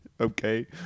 Okay